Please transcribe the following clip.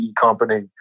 company